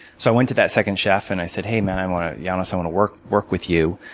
so i went to that second chef, and i said, hey, man, i want to yeah and so want to work work with you.